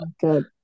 good